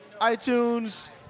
iTunes